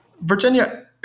Virginia